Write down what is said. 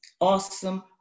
awesome